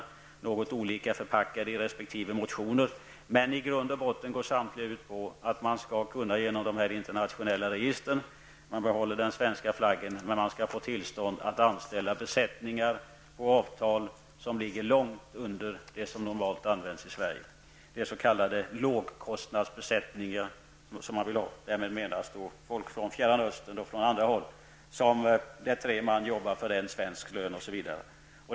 Det är något olika förpackat i resp. motioner, men i grund och botten går samtliga ut på att man genom detta internationella register behåller svensk flagg men att man skall få tillstånd att anställa besättningar med avtal där villkoren ligger långt under det som normalt tillämpas i Sverige. Det är s.k. lågkostnadsbesättningar som man vill ha. Därmed menas att man vill ha folk från Fjärran Östern och andra håll, varvid tre man jobbar för en lön, osv.